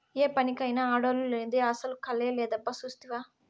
ఏ పనికైనా ఆడోల్లు లేనిదే అసల కళే లేదబ్బా సూస్తివా